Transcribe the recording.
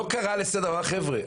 לא קרא לסדר ואמר: חבר'ה,